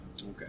Okay